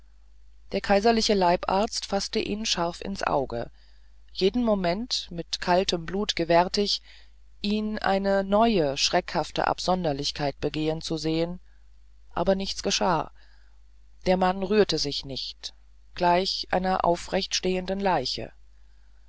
der kaiserliche leibarzt faßte ihn scharf ins auge jeden moment mit kaltem blut gewärtig ihn eine neue schreckhafte absonderlichkeit begehen zu sehen aber nichts geschah der mann rührte sich nicht gleich einer aufrechtstehenden leiche